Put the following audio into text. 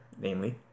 namely